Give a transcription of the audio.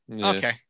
okay